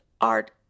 art